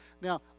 Now